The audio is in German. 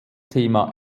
thema